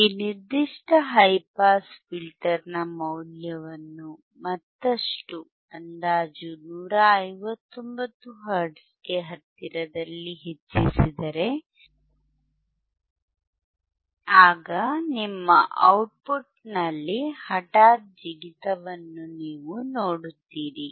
ಈ ನಿರ್ದಿಷ್ಟ high pass ಫಿಲ್ಟರ್ನ ಮೌಲ್ಯವನ್ನು ಮತ್ತಷ್ಟು ಅಂದಾಜು 159 ಹರ್ಟ್ಜ್ಗೆ ಹತ್ತಿರದಲ್ಲಿ ಹೆಚ್ಚಿಸಿದರೆ ಆಗ ನಿಮ್ಮ ಔಟ್ಪುಟ್ನಲ್ಲಿ ಹಠಾತ್ ಜಿಗಿತವನ್ನು ನೀವು ನೋಡುತ್ತೀರಿ